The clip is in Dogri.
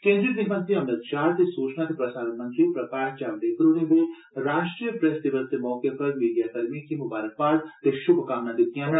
केन्द्री गृहमंत्री अमित शाह ते सूचना ते प्रसारण मंत्री प्रकाष जावड़ेकर होर्रे बी राश्ट्रीय प्रेस दिवस दे मौके पर मीडिया कर्मिएं गी ममारकबाद ते शुभ कामना दितियां न